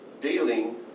Dealing